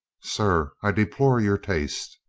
sir, i deplore your taste.